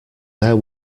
there